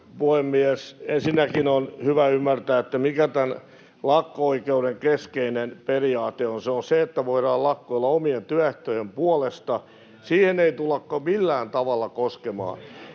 puhemies! Ensinnäkin on hyvä ymmärtää, mikä tämän lakko-oikeuden keskeinen periaate on. Se on se, että voidaan lakkoilla omien työehtojen puolesta. Siihen ei tulla millään tavalla koskemaan.